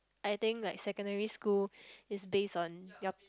I think like secondary school is based on your